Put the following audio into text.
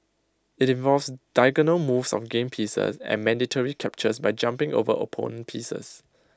IT involves diagonal moves on game pieces and mandatory captures by jumping over opponent pieces